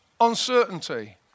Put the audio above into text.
uncertainty